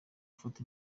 gufata